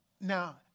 now